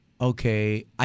Okay